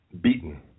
beaten